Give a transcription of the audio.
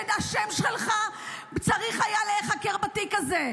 שהשם שלך צריך היה להיחקר בתיק הזה?